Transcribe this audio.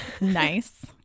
Nice